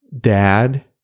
Dad